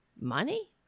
money